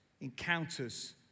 encounters